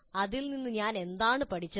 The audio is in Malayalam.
ഇതിൽ നിന്ന് ഞാൻ എന്താണ് പഠിച്ചത്